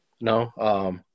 no